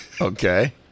Okay